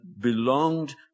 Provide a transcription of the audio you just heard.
belonged